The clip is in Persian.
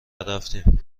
رفتیم